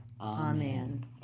amen